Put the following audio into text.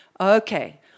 Okay